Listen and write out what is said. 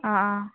ꯑꯥ ꯑꯥ